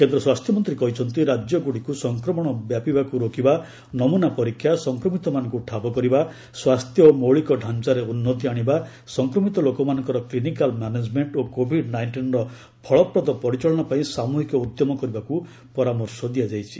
କେନ୍ଦ୍ର ସ୍ୱାସ୍ଥ୍ୟ ମନ୍ତ୍ରୀ କହିଛନ୍ତି ରାଜ୍ୟଗୁଡ଼ିକୁ ସଂକ୍ରମଣ ବ୍ୟାପିବାକୁ ରୋକିବା ନମୁନା ପରୀକ୍ଷା ସଂକ୍ରମିତମାନଙ୍କୁ ଠାବ କରିବା ସ୍ୱାସ୍ଥ୍ୟ ଓ ମୌଳିକ ଢାଞ୍ଚାରେ ଉନ୍ନତି ଆଣିବା ସଂକ୍ରମିତ ଲୋକମାନଙ୍କର କ୍ଲିନିକାଲ୍ ମ୍ୟାନେଜ୍ମେଣ୍ଟ ଓ କୋଭିଡ୍ ନାଇଷ୍ଟିନ୍ର ଫଳପ୍ରଦ ପରିଚାଳନା ପାଇଁ ସାମୁହିକ ଉଦ୍ୟମ କରିବାକୁ ପରାମର୍ଶ ଦିଆଯାଇଛି